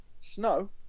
Snow